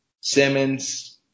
Simmons